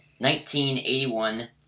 1981